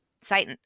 sight